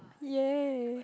ya